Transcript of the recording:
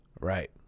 Right